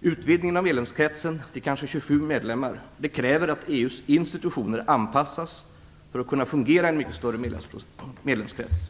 Utvidgningen av medlemskretsen till kanske 27 medlemmar kräver att EU:s institutioner anpassas för att kunna fungera i en mycket större medlemskrets.